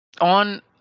On